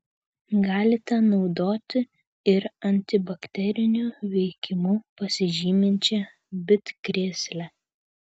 galite naudoti ir antibakteriniu veikimu pasižyminčią bitkrėslę